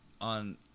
on